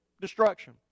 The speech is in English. destruction